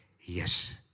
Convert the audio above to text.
yes